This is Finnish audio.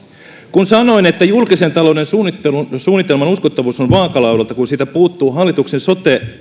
kun sanoin että julkisen talouden suunnitelman uskottavuus on vaakalaudalla kun siitä puuttuvat hallituksen sote